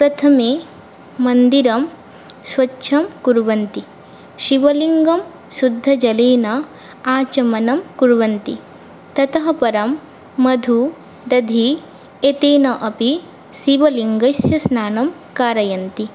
प्रथमे मन्दिरं स्वच्छं कुर्वन्ति शिवलिङ्गं शुद्धजलेन आचमनं कुर्वन्ति ततः परं मधु दधि एतेन अपि शिवलिङ्गस्य स्नानं कारयन्ति